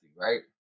right